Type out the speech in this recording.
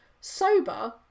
Sober